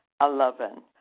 Eleven